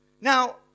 Now